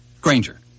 Granger